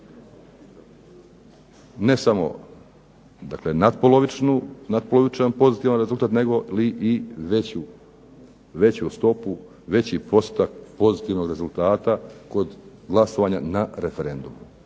Ne samo, dakle nad polovičan pozitivan rezultat negoli i veću stopu, veći postotak pozitivnog rezultata kod glasovanja na referendumu.